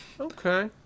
okay